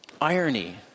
irony